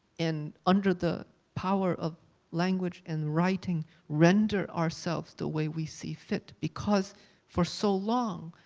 and under the power of language and writing render ourselves the way we see fit because for so long,